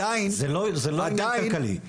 זה לא עניין כלכלי,